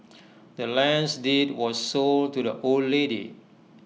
the land's deed was sold to the old lady